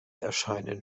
erscheinen